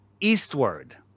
eastward